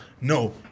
No